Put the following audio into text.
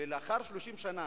ולאחר 30 שנה,